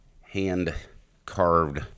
hand-carved